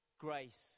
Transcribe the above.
Grace